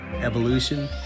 evolution